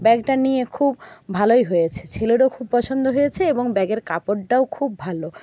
ব্যাগটা নিয়ে খুব ভালোই হয়েছে ছেলেরও খুব পছন্দ হয়েছে এবং ব্যাগের কাপড়টাও খুব ভালো